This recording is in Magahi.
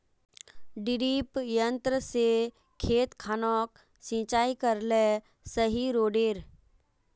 डिरिपयंऋ से खेत खानोक सिंचाई करले सही रोडेर?